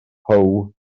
how